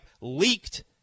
leaked